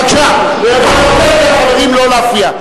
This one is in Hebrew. בבקשה, אני מבקש מהחברים לא להפריע.